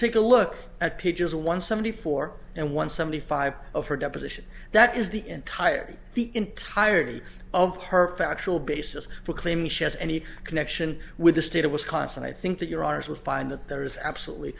take a look at pages one seventy four and one seventy five of her deposition that is the entirety the entirety of her factual basis for claiming she has any connection with the state of wisconsin i think that your r s will find that there is absolutely